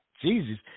Jesus